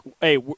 hey